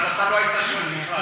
אז אתה לא היית שואל בכלל.